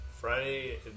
Friday